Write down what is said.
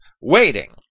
waiting